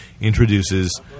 introduces